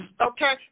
Okay